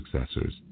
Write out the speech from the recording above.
successors